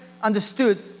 understood